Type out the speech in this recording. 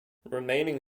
remaining